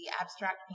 abstract